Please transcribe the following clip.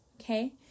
okay